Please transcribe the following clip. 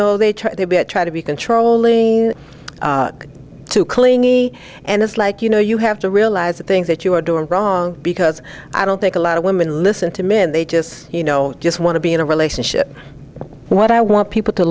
know they try to be i try to be controlling too clingy and it's like you know you have to realize the things that you are doing wrong because i don't think a lot of women listen to min they just you know just want to be in a relationship what i want people to